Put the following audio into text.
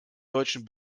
deutschen